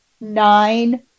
nine